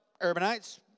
urbanites